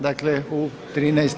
Dakle u 13,